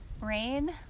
Rain